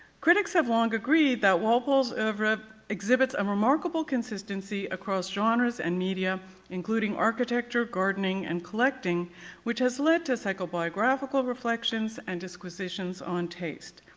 critics have long agreed that walpole's oeuvre exhibits a um remarkable consistency across genres and media including architecture, gardening and collecting which has led to psycho biographical reflections and disquisitions on taste.